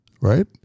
Right